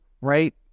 right